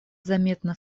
заметно